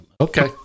Okay